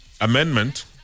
amendment